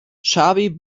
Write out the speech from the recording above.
chubby